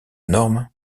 norme